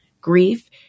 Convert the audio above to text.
grief